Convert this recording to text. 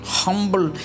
humble